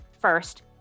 First